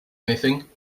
anything